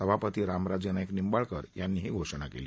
सभापती रामराजे नाईक निंबाळकर यांनी ही घोषणा केली